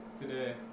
today